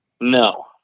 no